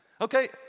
Okay